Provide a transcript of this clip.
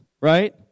right